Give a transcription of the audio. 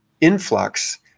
influx